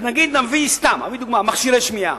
נגיד שנביא, סתם, נביא דוגמה, מכשירי שמיעה,